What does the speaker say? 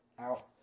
out